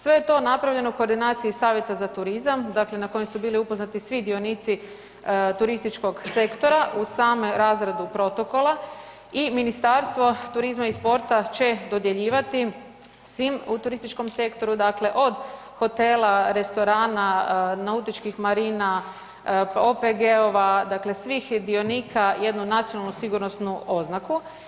Sve je to napravljeno u koordinaciji Savjeta za turizam dakle na kojem su bili upoznati i svi dionici turističkog sektora uz samu razradu protokola i Ministarstvo turizma i sporta će dodjeljivati svim u turističkom sektoru, dakle od hotela, restorana, nautičkih marina, OPG-ova, dakle svih dionika jednu nacionalnu sigurnosnu oznaku.